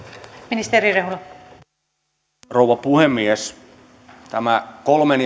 arvoisa rouva puhemies tämä kolmen